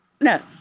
No